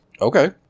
Okay